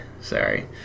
sorry